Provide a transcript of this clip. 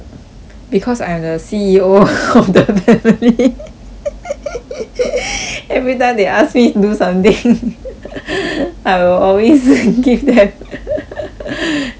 because I am the C_E_O of the family everytime they ask me to do something I will always give them okay lah